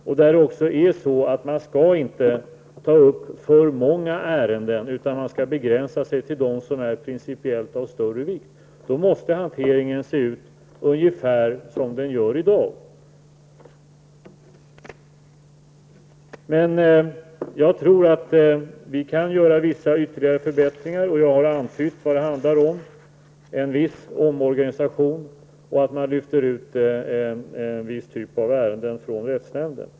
Det är också så att man inte skall ta upp för många ärenden, utan man skall begränsa sig till dem som är principiellt av större vikt. Då måste hanteringen se ut ungefär som den gör i dag. Men jag tror att vi kan göra vissa ytterligare förbättringar. Jag antydde vad det handlar om -- en viss omorganisation, att man lyfter ut viss typ av ärenden från rättsnämnden.